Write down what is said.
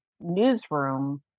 newsroom